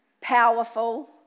powerful